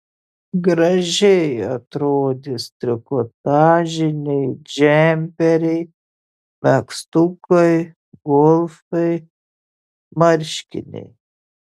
gražiai atrodys trikotažiniai džemperiai megztukai golfai marškiniai